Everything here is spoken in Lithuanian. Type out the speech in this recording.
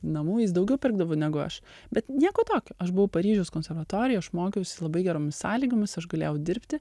namų jis daugiau pirkdavo negu aš bet nieko tokio aš buvau paryžiaus konservatorijoj aš mokiaus labai geromis sąlygomis aš galėjau dirbti